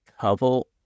couple